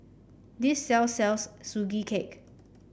this sell sells Sugee Cake